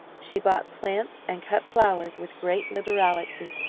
she bought plants and cut flowers with great liberality,